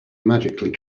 magically